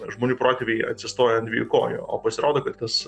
žmonių protėviai atsistojo ant dviejų kojų o pasirodo kad tas